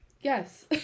Yes